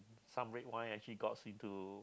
some red wine actually got into